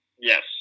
Yes